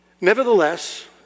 Nevertheless